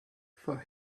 for